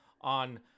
on